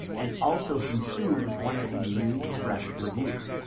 and also consumers want to see new fresh reviews.